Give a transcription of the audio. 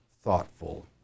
thoughtful